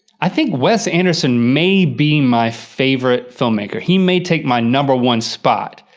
i think wes anderson may be my favorite filmmaker, he may take my number one spot.